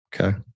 Okay